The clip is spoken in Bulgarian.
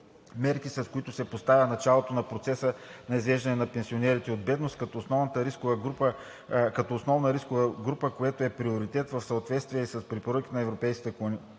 мерки, с които се поставя началото на процеса на изваждане на пенсионерите от бедност като основна рискова група, което е приоритет в съответствие и с препоръките на Европейската комисия.